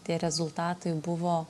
tie rezultatai buvo